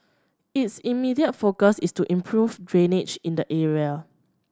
its immediate focus is to improve drainage in the area